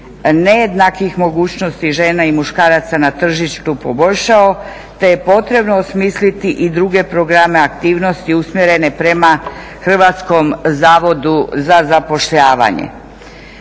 nejednakih mogućnosti žena i muškaraca na tržištu poboljšao te je potrebno osmisliti i druge programe aktivnosti usmjerene prema Hrvatskom zavodu za zapošljavanje.